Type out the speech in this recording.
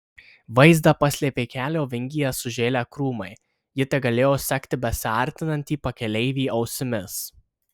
vaizdą paslėpė kelio vingyje sužėlę krūmai ji tegalėjo sekti besiartinantį pakeleivį ausimis